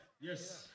yes